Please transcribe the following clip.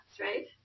right